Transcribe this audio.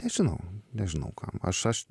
nežinau nežinau kam aš aš